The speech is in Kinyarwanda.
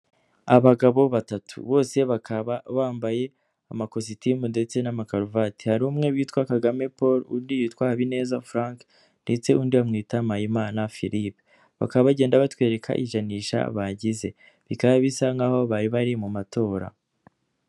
Abagabo batatu, bose bakaba bambaye amakositimu, ndetse n'amakaruvati. Hari umwe witwa Kagame Paul, undi yitwa Habineza Frank, ndetse undi bamwita Mpayimana Philippe, bakaba bagenda batwereka ijanisha bagize, bikaba bisa nk'aho bari bari mu matora.